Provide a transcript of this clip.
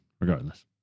regardless